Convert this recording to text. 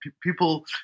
people